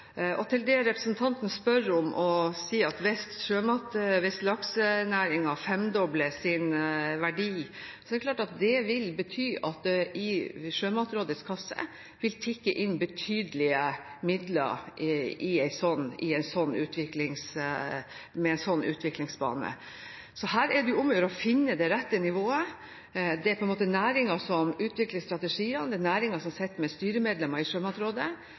Til det representanten spør om: Hvis laksenæringen femdobler sin verdi, er det klart at det vil bety at det i Sjømatrådets kasse vil tikke inn betydelige midler, med en slik utviklingsbane. Så her er det jo om å gjøre å finne det rette nivået. Det er på en måte næringen som utvikler strategier, og det er næringen som sitter med styremedlemmer i Sjømatrådet,